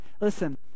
Listen